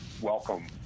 welcome